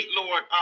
lord